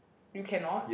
you cannot